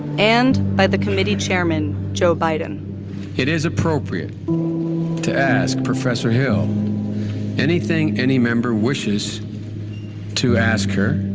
and by the committee chairman, joe biden it is appropriate to ask professor hill anything any member wishes to ask her